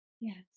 Yes